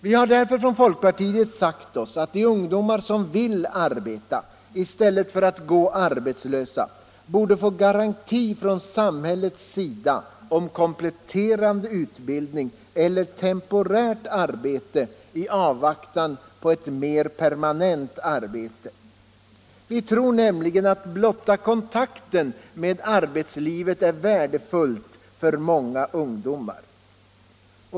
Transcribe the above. Vi har därför inom folkpartiet sagt oss att de ungdomar som vill arbeta i stället för att gå arbetslösa borde få garantier från samhället om kompletterande utbildning eller temporärt arbete i avvaktan på ett mer permanent arbete. Vi tror nämligen att blotta kontakten med arbetslivet är värdefull för många ungdomar.